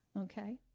Okay